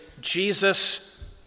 jesus